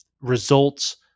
results